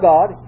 God